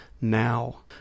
now